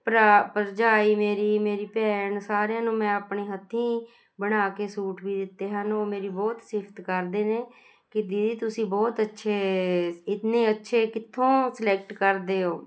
ਭਰਾ ਭਰਜਾਈ ਮੇਰੀ ਮੇਰੀ ਭੈਣ ਸਾਰਿਆਂ ਨੂੰ ਮੈਂ ਆਪਣੇ ਹੱਥੀਂ ਬਣਾ ਕੇ ਸੂਟ ਵੀ ਦਿੱਤੇ ਹਨ ਉਹ ਮੇਰੀ ਬਹੁਤ ਸਿਫ਼ਤ ਕਰਦੇ ਨੇ ਕਿ ਦੀਦੀ ਤੁਸੀਂ ਬਹੁਤ ਅੱਛੇ ਇਤਨੇ ਅੱਛੇ ਕਿੱਥੋਂ ਸਿਲੈਕਟ ਕਰਦੇ ਹੋ